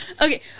Okay